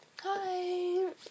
Hi